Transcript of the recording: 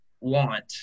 want